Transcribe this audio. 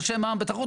ראשי מע"מ בתחרות,